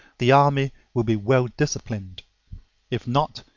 the army will be well-disciplined if not,